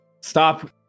Stop